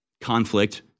conflict